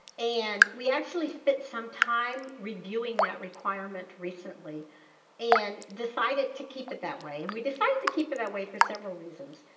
and we actually spent some time reviewing that requirement recently and decided to keep it that way and we decided to keep it that way for several reasons.